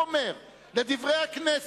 הוא אומר ל"דברי הכנסת",